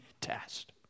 test